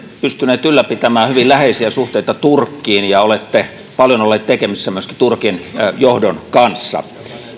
pystynyt ylläpitämään hyvin läheisiä suhteita turkkiin ja olette paljon ollut tekemisissä myöskin turkin johdon kanssa